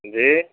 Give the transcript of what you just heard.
جی